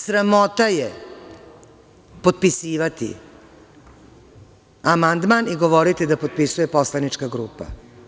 Sramota je potpisivati amandman i govoriti da potpisuje poslanička grupa.